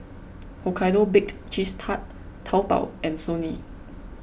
Hokkaido Baked Cheese Tart Taobao and Sony